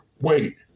wait